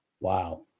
Wow